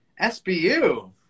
SBU